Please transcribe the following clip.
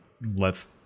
lets